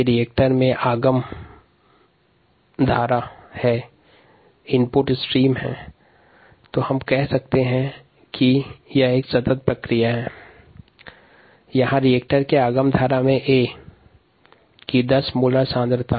reactor में आगम प्रवाह एक निरंतर प्रक्रिया है जहाँ A की 10 मोलर सांद्रता और B की 10 मोलर सांद्रता है